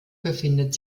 befindet